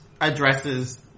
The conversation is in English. addresses